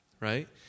right